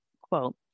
quote